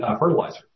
fertilizer